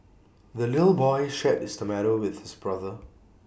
the little boy shared his tomato with his brother